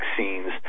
vaccines